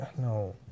no